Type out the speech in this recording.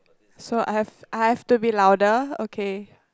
so I have I have to be louder okay